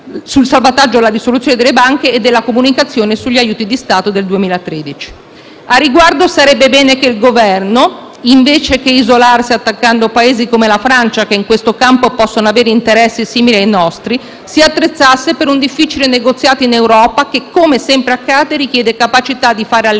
sul risanamento e la risoluzione delle banche e della comunicazione sugli aiuti di Stato del 2013. Al riguardo, sarebbe bene che il Governo, invece che isolarsi attaccando Paesi come la Francia, che in questo campo possono avere interessi simili ai nostri, si attrezzasse per un difficile negoziato in Europa che, come sempre accade, richiede capacità di fare alleanze